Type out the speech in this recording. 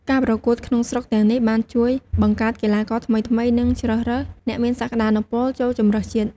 ការប្រកួតក្នុងស្រុកទាំងនេះបានជួយបង្កើតកីឡាករថ្មីៗ និងជ្រើសរើសអ្នកមានសក្ដានុពលចូលជម្រើសជាតិ។